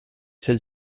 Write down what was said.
celle